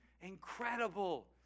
incredible